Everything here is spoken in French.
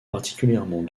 particulièrement